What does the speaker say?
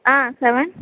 ஆ seven